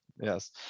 yes